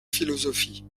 philosophie